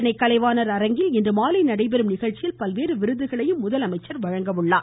சென்னை கலைவாணர் அரங்கில் இன்றுமாலை நடைபெறும் நிகழ்ச்சியில் பல்வேறு விருதுகளையும் அவர் வழங்குகிறார்